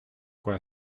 quoi